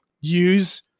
use